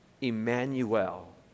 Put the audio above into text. Emmanuel